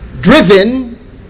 driven